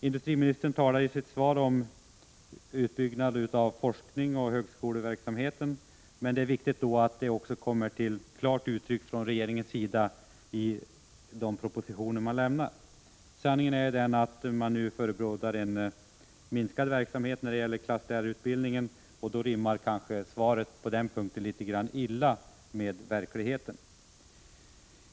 Industriministern talar i sitt svar om utbyggnad av forskningen och högskoleverksamheten, men det är viktigt att detta också kommer till klart uttryck från regeringens sida i de propositioner som lämnas. Sanningen är den att man nu förebådar en minskad verksamhet när det gäller klasslärarutbildningen. På den punkten rimmar kanske svaret litet illa med verkligheten.